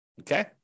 okay